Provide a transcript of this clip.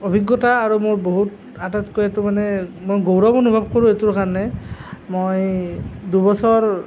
অভিজ্ঞতা আৰু মোৰ বহুত আটাইতকৈ এইটো মানে মই গৌৰৱ অনুভৱ কৰোঁ এইটো কাৰণে মই দুবছৰ